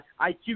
IQ